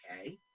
okay